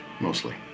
Mostly